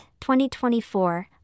2024